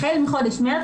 החל מחודש מרץ,